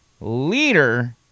leader